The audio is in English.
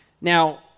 Now